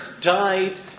died